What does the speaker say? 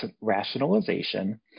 rationalization